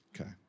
Okay